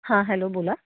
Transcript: हां हॅलो बोला